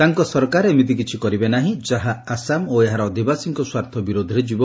ତାଙ୍କ ସରକାର ଏମିତି କିିିି କରିବେ ନାହିଁ ଯାହା ଆସାମ ଓ ଏହାର ଅଧିବାସୀଙ୍କ ସ୍ୱାର୍ଥ ବିରୋଧରେ ଯିବ